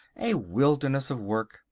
a wilderness of work.